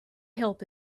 help